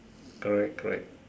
correct correct